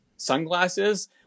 sunglasses